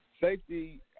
Safety